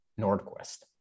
Nordquist